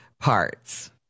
parts